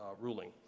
ruling